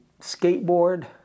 skateboard